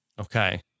Okay